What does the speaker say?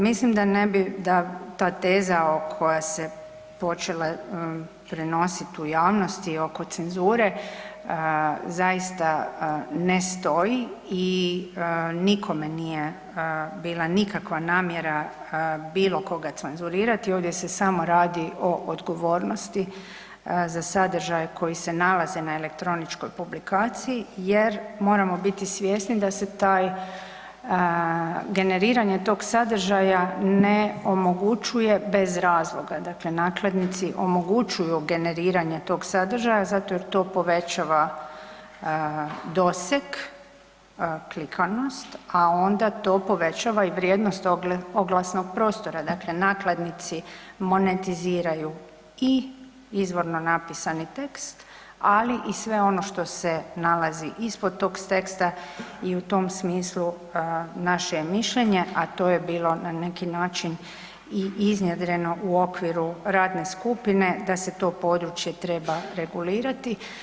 Mislim da ne bi, da ta teza koja se počela prenosit u javnosti oko cenzure zaista ne stoji i nikome nije bila nikakva namjera bilo koga cenzurirati ovdje se samo radi o odgovornosti za sadržaje koji se nalaze na elektroničkoj publikaciji jer moramo biti svjesni da se taj, generiranje tog sadržaja ne omogućuje bez razloga, dakle nakladnici omogućuju generiranje tog sadržaja zato jer to povećava doseg, klikanost, a onda to povećava i vrijednost tog oglasnog prostora, dakle nakladnici monetiziraju i izvorno napisani tekst, ali i sve ono što se nalazi ispod tog teksta i u tom smislu naše je mišljenje, a to je bilo na neki način i iznjedreno u okviru radne skupine da se to područje treba regulirati.